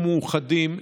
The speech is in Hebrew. ומאוחדים,